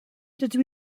dydw